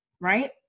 right